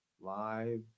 live